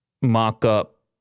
mock-up